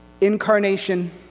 Incarnation